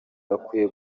bakwiye